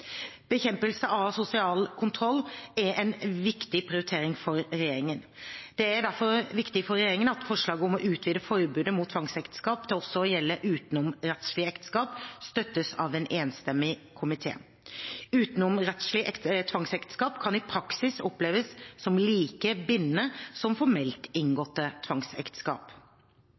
Bekjempelse av sosial kontroll er en viktig prioritering for regjeringen. Det er derfor viktig for regjeringen at forslaget om å utvide forbudet mot tvangsekteskap til også å gjelde utenomrettslige ekteskap støttes av en enstemmig komité. Utenomrettslige tvangsekteskap kan i praksis oppleves som like bindende som formelt inngåtte